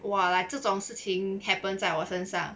!wah! like 这种事情 happens 在我身上